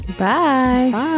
Bye